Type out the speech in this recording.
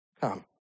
come